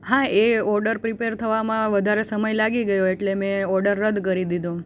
હા એ order prepare થવામાં વધારે સમય લાગી ગયો એટલે મેં ઓડર રદ કરી દીધો